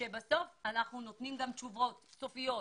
כאשר בסוף אנחנו נותנים גם תשובות סופיות,